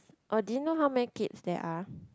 oh do you know how many kids there are